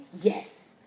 Yes